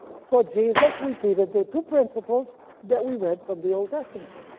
so jesus repeated the two principles that we read from the old testament,